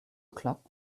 clock